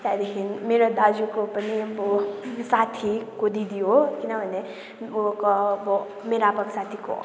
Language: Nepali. त्यहाँदेखि मेरो दाजुको पनि अब साथीको दिदी हो किनभने म क अब मेरो आप्पाको साथीको अब